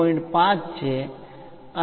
5 છે